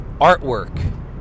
artwork